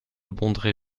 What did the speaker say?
bondrée